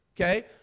okay